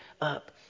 up